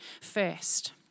first